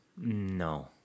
No